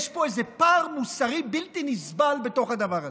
יש פה איזה פער מוסרי בלתי נסבל בתוך הדבר הזה.